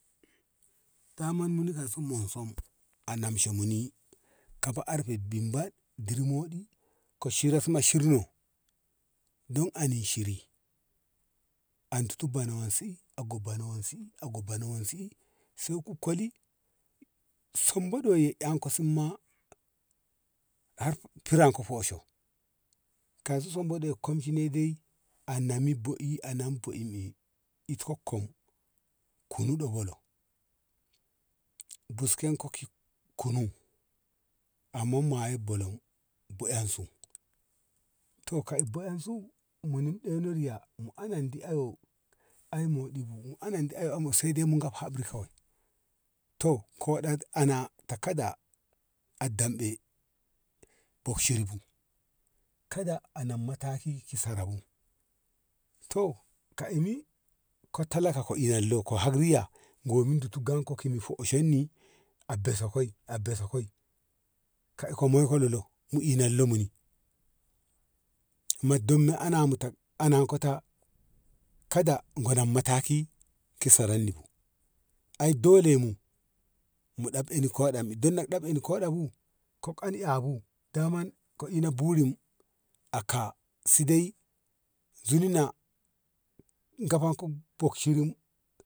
Taman muni kaiso monson anabshe muni kaba arfe binbad dir modi ka shira ko shir no don ani shiri antu to bono wense i ago bono wense i ago bono wense i ago bono wense i se ku koli sombodi weye anko simma har kiran ka fosho kauso somboɗi ye komshinei dai a nemi bo i anemi bo i mi ita kom kunu ɗo bolo bisken ko ki kunu amma mayen bolo be`en su to ko be`en su muni ɗeno riya mu anandi eyo ai moɗi bu mu anandi ayo sai dai mu gaf habri kawai to ko dag ana ta kada a damɗe bok shiri bu kada anan mataki ki sarabu to ta ina ko talaka ka ina lo ko har riya gomin du ta ganko mi hoshen ni a besa koi a besa koi ka iko moiko lolo mu inan lo mu ni mad danno ana muta anan ko ta kada goran mataki ki saran ni bu ai dole mu mu ɗab eni ko dan mi don mu ɗab dɗani koɗa bu kog ɗan eh bu daman ka ina burin a ka si dai zunna gafakko gan shirin.